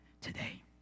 today